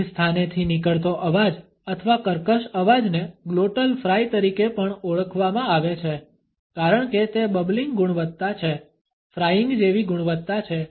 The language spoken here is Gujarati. કંઠસ્થાનેથી નીકળતો અવાજ અથવા કર્કશ અવાજને ગ્લોટલ ફ્રાય તરીકે પણ ઓળખવામાં આવે છે કારણ કે તે બબલિંગ ગુણવત્તા છે ફ્રાઈંગ જેવી ગુણવત્તા છે